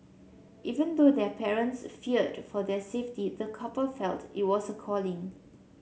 even though their parents feared for their safety the couple felt it was a calling